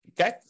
okay